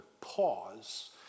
pause